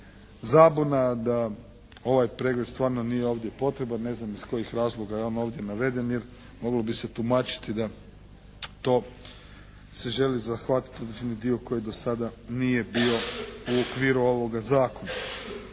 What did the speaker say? zabuna, da ovaj pregled stvarno ovdje nije potreban. Ne znam iz kojih razloga imam ovdje naveden, jer moglo bi se tumačiti da to se želi zahvatiti određeni dio koji do sada nije bio u okviru ovoga zakona.